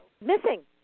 missing